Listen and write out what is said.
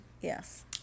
yes